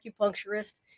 acupuncturist